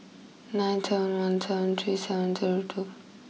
nine ten one ten three seven zero two